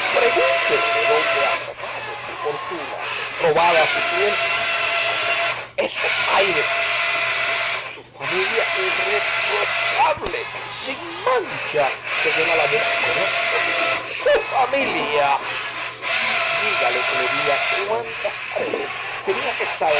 pregúntele de dónde ha sacado su fortuna robada a sus clientes y con esos aires su familia irreprochable sin mancha se llena la boca con eso su familia dígale que le diga cuántas paredes tenía que